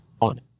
On